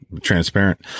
transparent